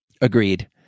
Agreed